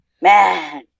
Man